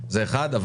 זה אחד.